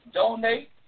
donate